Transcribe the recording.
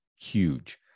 huge